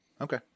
Okay